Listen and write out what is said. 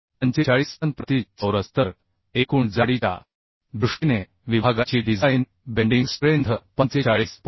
45 ton प्रति चौरस तर एकूण जाडीच्या दृष्टीने विभागाची डिझाइन बेंडिंग स्ट्रेंथ 45